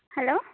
hello